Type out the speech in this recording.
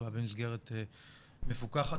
הוא היה במסגרת מפוקחת,